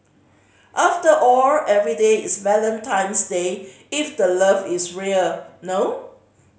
after all every day is Valentine's Day if the love is real no